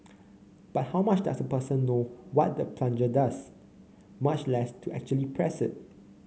but how much does a person know what the plunger does much less to actually press it